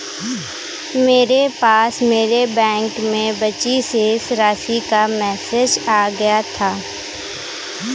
मेरे पास मेरे बैंक में बची शेष राशि का मेसेज आ गया था